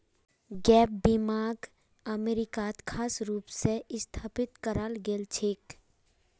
gap बीमाक अमरीकात खास रूप स स्थापित कराल गेल छेक